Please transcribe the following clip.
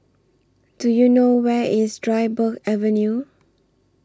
Do YOU know Where IS Dryburgh Avenue